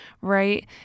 right